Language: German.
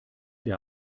der